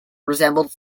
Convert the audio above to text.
resembled